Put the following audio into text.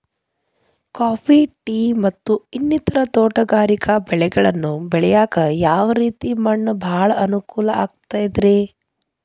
Coffee, tea, ಮತ್ತ ಇನ್ನಿತರ ತೋಟಗಾರಿಕಾ ಬೆಳೆಗಳನ್ನ ಬೆಳೆಯಾಕ ಯಾವ ರೇತಿ ಮಣ್ಣ ಭಾಳ ಅನುಕೂಲ ಆಕ್ತದ್ರಿ?